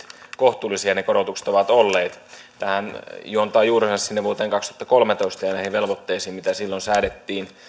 kohtuullisia ne korotukset ovat olleet tämähän juontaa juurensa sinne vuoteen kaksituhattakolmetoista ja niihin velvoitteisiin mitä silloin säädettiin